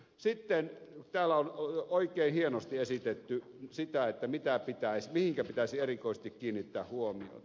sitten täällä on oikein hienosti esitetty sitä mihin pitäisi erikoisesti kiinnittää huomiota